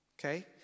Okay